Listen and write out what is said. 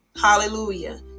hallelujah